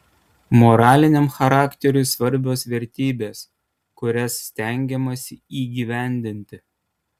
moraliniam charakteriui svarbios vertybės kurias stengiamasi įgyvendinti